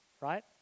right